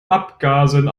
abgasen